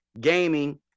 gaming